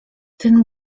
ten